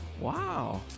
Wow